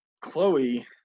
Chloe